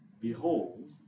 behold